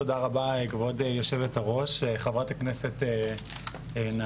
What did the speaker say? תודה רבה לכבוד יושבת הראש וחברת הכנסת נעמה.